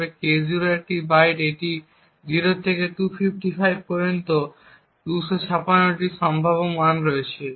তবে K0 একটি byte তাই এটির 0 থেকে 255 পর্যন্ত 256টি সম্ভাব্য মান রয়েছে